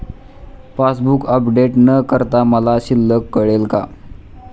Passbook update न करता मला शिल्लक कळेल का?